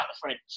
French